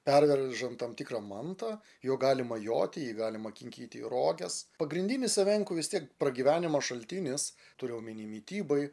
pervežant tam tikrą mantą juo galima joti jį galima kinkyti į roges pagrindinis evenkų vis tiek pragyvenimo šaltinis turiu omeny mitybai